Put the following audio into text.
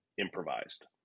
improvised